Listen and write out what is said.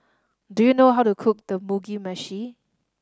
do you know how to cook the Mugi Meshi